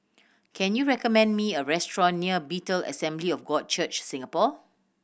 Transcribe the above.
can you recommend me a restaurant near Bethel Assembly of God Church Singapore